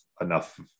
enough